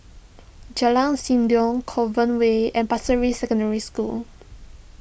Jalan Sindor Clover Way and Pasir Ris Secondary School